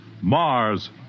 Mars